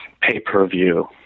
pay-per-view